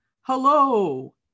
Hello